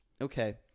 Okay